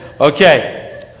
Okay